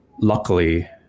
luckily